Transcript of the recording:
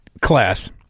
class